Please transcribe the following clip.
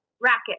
racket